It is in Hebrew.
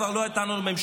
כבר לא הייתה לנו ממשלה.